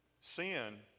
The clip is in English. Sin